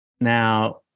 Now